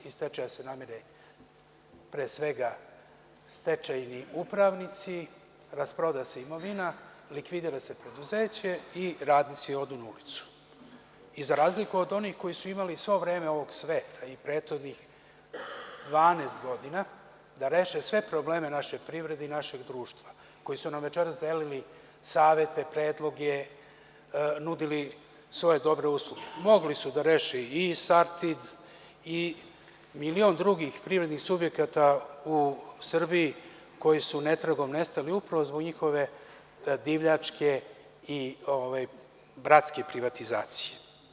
Iz stečaja se namire pre svega stečajni upravnici, rasproda se imovina, likvidira se preduzeće i radnici odu na ulicu, za razliku od onih koji su imali sve vreme ovog sveta i prethodnih 12 godina da reše sve probleme naše privrede i našeg društva, koji su nam večeras delili savete, predloge, nudili svoje dobre usluge, mogli su da reše i „Sartid“ i milion drugih privrednih subjekata u Srbiji koji su netragom nestali upravo zbog njihove divljačke i bratske privatizacije.